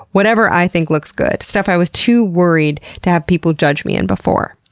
whatever i think looks good. stuff i was too worried to have people judge me in before.